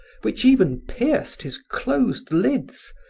which even pierced his closed lids,